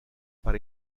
per